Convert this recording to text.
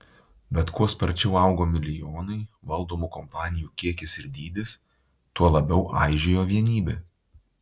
bet kuo sparčiau augo milijonai valdomų kompanijų kiekis ir dydis tuo labiau aižėjo vienybė